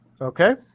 Okay